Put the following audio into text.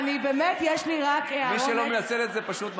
מי שלא מנצל את זה פשוט מפסיד.